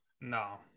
No